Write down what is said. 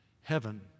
Heaven